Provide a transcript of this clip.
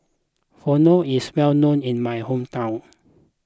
Pho is well known in my hometown